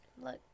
Look